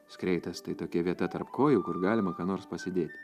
skreitas tai tokia vieta tarp kojų kur galima ką nors pasidėti